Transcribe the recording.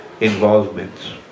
involvements